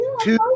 two